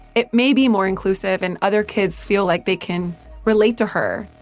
it may be more inclusive, and other kids feel like they can relate to her.